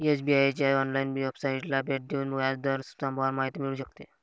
SBI च्या online वेबसाइटला भेट देऊन व्याज दर स्तंभावर माहिती मिळू शकते